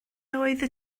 oeddet